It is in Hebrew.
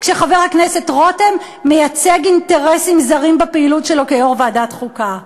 כשחבר הכנסת רותם מייצג אינטרסים זרים בפעילות שלו כיו"ר ועדת החוקה.